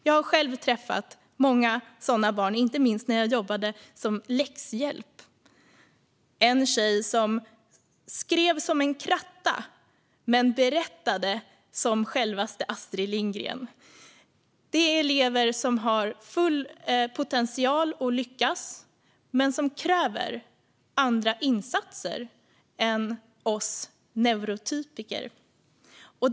Jag har själv träffat många sådana barn, inte minst när jag jobbade som läxhjälp. En tjej skrev som en kratta men berättade som självaste Astrid Lindgren. Det är elever som har den fulla potentialen att lyckas men som kräver andra insatser än vad vi neurotypiker gör.